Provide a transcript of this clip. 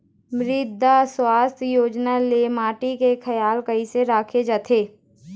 मृदा सुवास्थ योजना ले माटी के खियाल कइसे राखे जाथे?